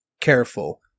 Careful